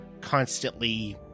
constantly